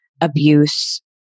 abuse